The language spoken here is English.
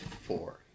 four